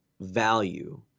value